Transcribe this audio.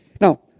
Now